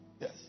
Yes